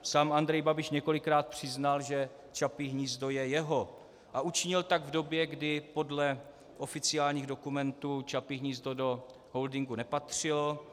Sám Andrej Babiš několikrát přiznal, že Čapí hnízdo je jeho, a učinil tak v době, kdy podle oficiálních dokumentů Čapí hnízdo do holdingu nepatřilo.